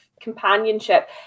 companionship